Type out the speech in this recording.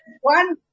one